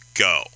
go